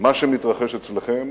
מה שמתרחש אצלכם